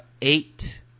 eight